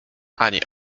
ani